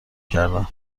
کردن